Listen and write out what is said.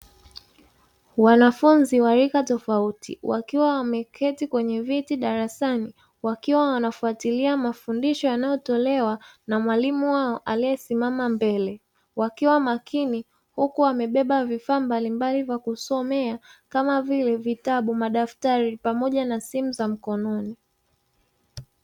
Wanafunzi wa rika tofauti wakiwa wameketi kwenye viti darasani, wakiwa wanafuatilia mafundisho yanayotolewa na mwalimu wao aliyesimama mbele. Wakiwa makini huku wamebeba vifaa mbalimbali vya kusomea kama vile vitabu, madaftari pamoja na simu za mkononi